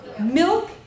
Milk